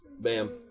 Bam